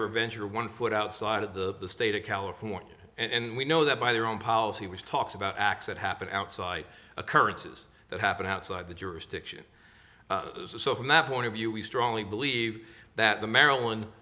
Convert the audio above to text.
ever venture one foot outside of the state of california and we know that by their own policy which talks about acts it happened outside occurrences that happen outside the jurisdiction so from that point of view we strongly believe that the maryland